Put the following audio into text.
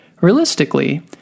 realistically